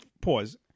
Pause